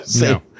No